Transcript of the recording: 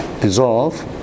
dissolve